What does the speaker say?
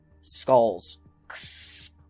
skulls